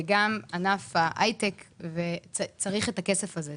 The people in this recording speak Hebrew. וגם ענף ההייטק צריך את הכסף הזה.